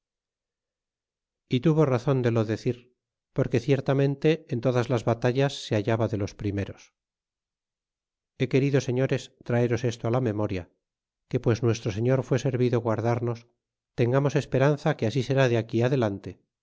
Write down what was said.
y tuvo razon de lo decir porque ciertamente en todas las batallas se hallaba de los primeros be querido señores traeros esto á la memoria que pues nuestro señor fué servido guardarnos tengamos esperanza que así sera de aquí adelante